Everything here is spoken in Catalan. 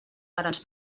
grans